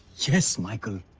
yes michael.